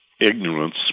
ignorance